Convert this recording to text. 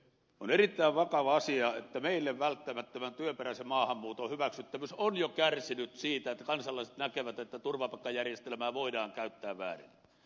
on erittäin vakava asia että meille välttämättömän työperäisen maahanmuuton hyväksyttävyys on jo kärsinyt siitä että kansalaiset näkevät että turvapaikkajärjestelmää voidaan käyttää väärin